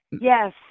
yes